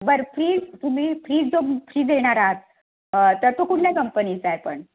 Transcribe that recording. बरं फ्रीज तुम्ही फीज जो फ्री देणार आहात तर तो कुठल्या कंपनीचा आहे पण